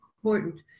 important